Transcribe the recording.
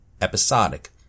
episodic